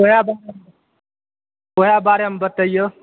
ओएह बारेमे ओएह बारेमे बतैयौ